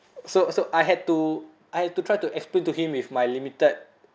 so so I had to I had to try to explain to him with my limited